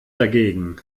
dagegen